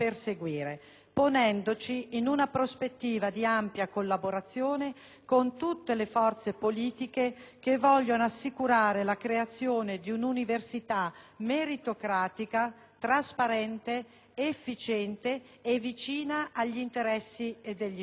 ponendoci in una prospettiva di ampia collaborazione con tutte le forze politiche che vogliono assicurare la creazione di un'università meritocratica, trasparente, efficiente e vicina agli interessi degli studenti.